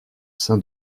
sein